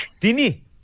Dini